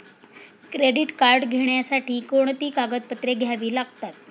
Credit card घेण्यासाठी कोणती कागदपत्रे घ्यावी लागतात?